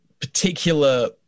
particular